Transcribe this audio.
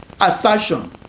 assertion